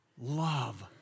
Love